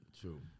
True